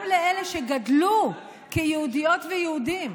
גם לאלה שגדלו כיהודיות ויהודים,